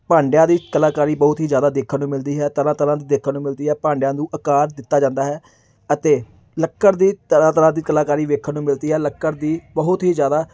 ਭਾਂਡਿਆਂ ਦੀ ਕਲਾਕਾਰੀ ਬਹੁਤ ਹੀ ਜ਼ਿਆਦਾ ਦੇਖਣ ਨੂੰ ਮਿਲਦੀ ਹੈ ਤਰ੍ਹਾਂ ਤਰ੍ਹਾਂ ਦੀ ਦੇਖਣ ਨੂੰ ਮਿਲਦੀ ਹੈ ਭਾਂਡਿਆਂ ਨੂੰ ਆਕਾਰ ਦਿੱਤਾ ਜਾਂਦਾ ਹੈ ਅਤੇ ਲੱਕੜ ਦੀ ਤਰ੍ਹਾਂ ਤਰ੍ਹਾਂ ਦੀ ਕਲਾਕਾਰੀ ਵੇਖਣ ਨੂੰ ਮਿਲਦੀ ਹੈ ਲੱਕੜ ਦੀ ਬਹੁਤ ਹੀ ਜ਼ਿਆਦਾ